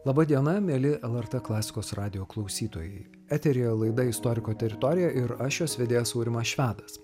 laba diena mieli lrt klasikos radijo klausytojai eteryje laida istoriko teritorija ir aš jos vedėjas aurimas švedas